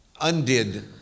undid